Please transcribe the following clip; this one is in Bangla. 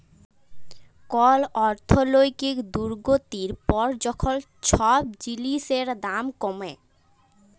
কল অর্থলৈতিক দুর্গতির পর যখল ছব জিলিসের দাম কমে